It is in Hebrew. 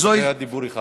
יש בקשת דיבור אחת.